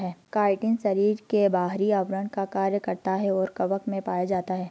chitin शरीर के बाहरी आवरण का कार्य करता है और कवक में पाया जाता है